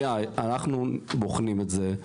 אנחנו בוחנים את זה,